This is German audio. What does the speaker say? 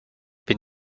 bin